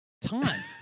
time